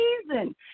season